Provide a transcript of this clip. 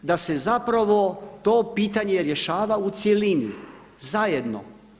Da se zapravo to pitanje rješava u cjelini, zajedno.